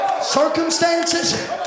circumstances